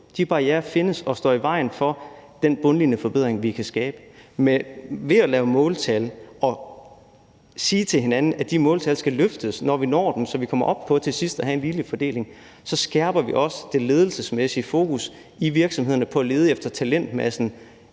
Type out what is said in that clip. De barrierer findes, og de står i vejen for den bundlinjeforbedring, vi kan skabe. Men ved at lave måltal og sige til hinanden, at de måltal skal løftes, så vi kommer op på til sidst at have en ligelig fordeling, så skærper vi også det ledelsesmæssige fokus i virksomhederne på at lede efter talentmassen